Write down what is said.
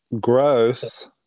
gross